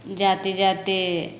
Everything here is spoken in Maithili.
जाते जाते